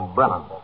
Brennan